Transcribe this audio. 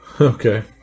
Okay